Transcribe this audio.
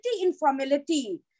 informality